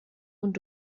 und